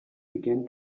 began